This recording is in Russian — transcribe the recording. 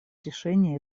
решения